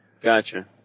Gotcha